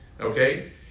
Okay